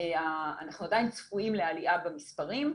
אנחנו עדיין צפויים לעלייה במספרים,